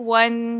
one